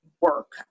work